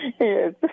Yes